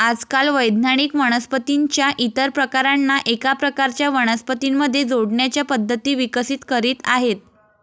आजकाल वैज्ञानिक वनस्पतीं च्या इतर प्रकारांना एका प्रकारच्या वनस्पतीं मध्ये जोडण्याच्या पद्धती विकसित करीत आहेत